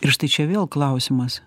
ir štai čia vėl klausimas